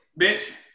bitch